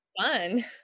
fun